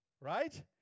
right